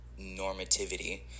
normativity